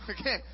okay